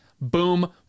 Boom